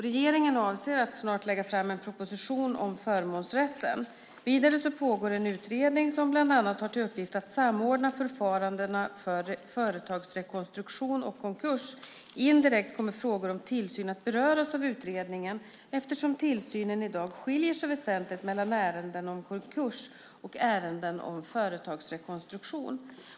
Regeringen avser att snart lägga fram en proposition om förmånsrätten. Vidare pågår en utredning som bland annat har till uppgift att samordna förfarandena för företagsrekonstruktion och konkurs. Indirekt kommer frågor om tillsyn att beröras av utredningen, eftersom tillsynen i dag skiljer sig väsentligt mellan ärenden om konkurs och ärenden om företagsrekonstruktion.